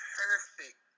perfect